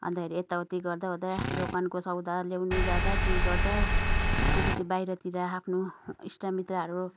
अन्तखेरि यताउति गर्दा ओर्दा दोकानको सौदा ल्याउनु जाँदा के गर्दा अलिकति बाहिरतिर आफ्नो इष्टमित्रहरू